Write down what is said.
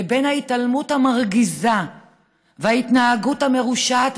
לבין ההתעלמות המרגיזה וההתנהגות המרושעת